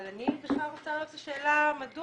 אבל אני בכלל רוצה להעלות את השאלה מדוע